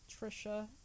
Trisha